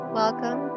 welcome